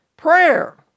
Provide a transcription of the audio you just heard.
Prayer